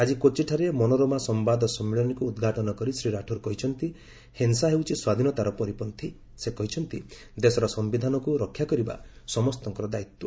ଆଟ୍ଟି କୋଚିଠାରେ ମନୋରମା ସମ୍ଭାଦ ସମ୍ମିଳନୀକୁ ଉଦ୍ଘାଟନ କରି ଶ୍ରୀ ରାଠୋର କହିଛନ୍ତି ହିଂସା ହେଉଛି ସ୍ୱାଧୀନତାର ପରିପନ୍ତି ସେ କହିଛନ୍ତି ଦେଶର ସମ୍ଭିଧାନକୁ ରକ୍ଷା କରବା ସମସ୍ତଙ୍କର ଦାୟିତ୍ୱ